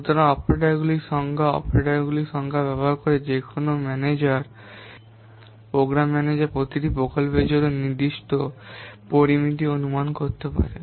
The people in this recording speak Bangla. সুতরাং অপারেটরগুলির সংখ্যা ব্যবহার করে যে কোনও ম্যানেজার প্রোগ্রাম ম্যানেজার প্রতিটি প্রকল্পের জন্য নির্দিষ্ট পরামিতি অনুমান করতে পারে